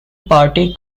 party